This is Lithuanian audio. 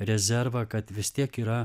rezervą kad vis tiek yra